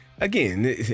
again